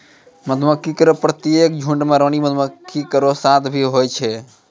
मधुमक्खी केरो प्रत्येक झुंड में रानी मक्खी केरो साथ भी होय छै